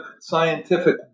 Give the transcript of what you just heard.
scientific